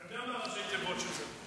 אתה יודע מה ראשי התיבות של זה.